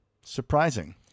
Surprising